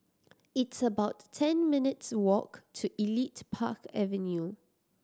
it's about ten minutes' walk to Elite Park Avenue